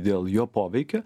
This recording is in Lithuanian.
dėl jo poveikio